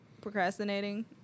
procrastinating